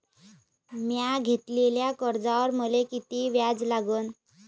म्या घेतलेल्या कर्जावर मले किती व्याज लागन?